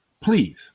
please